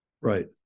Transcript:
Right